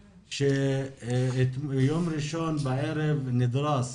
ביום ראשון בערב נדרס